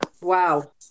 Wow